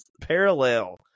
parallel